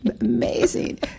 Amazing